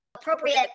Appropriate